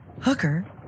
hooker